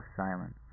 silent